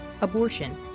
abortion